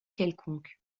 quelconque